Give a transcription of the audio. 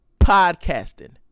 podcasting